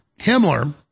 Himmler